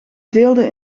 deelden